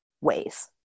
ways